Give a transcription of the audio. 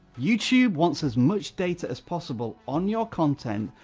youtube wants as much data as possible on your content,